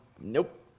nope